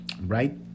right